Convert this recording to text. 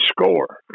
score